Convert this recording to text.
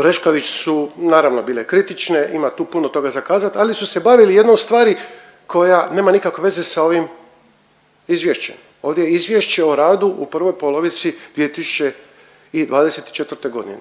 Orešković su, naravno, bile kritičke, ima tu puno toga za kazati, ali su se bavili jednom stvari koja nema nikako veze sa ovim Izvješće. Ovdje Izvješće o radu u prvoj polovici 2024.,